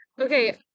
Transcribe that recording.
Okay